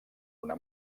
una